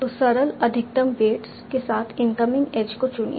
तो सरल अधिकतम वेट्स के साथ इनकमिंग एज को चुनिए